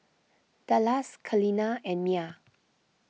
Dallas Kaleena and Mia